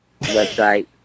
website